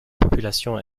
population